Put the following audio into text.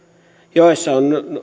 joessa